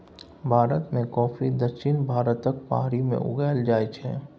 भारत मे कॉफी दक्षिण भारतक पहाड़ी मे उगाएल जाइ छै